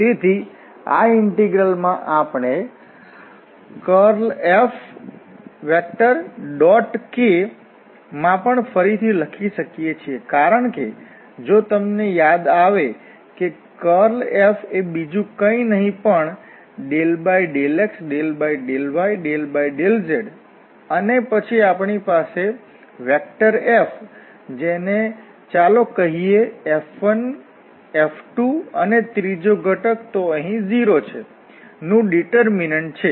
તેથી આ ઇન્ટિગ્રલ માં આપણે curlFk માં પણ ફરીથી લખી શકીએ છીએ કારણ કે જો તમને યાદ આવે કે કર્લ F એ બીજું કઈ નહીં પણ ∂x∂y∂z અને પછી આપણી પાસે F જેને ચાલો કહીએ F1 F2 અને ત્રીજો ઘટક તો અહીં 0 છે નું ડીટર્મિનન્ટ છે